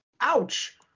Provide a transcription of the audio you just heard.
ouch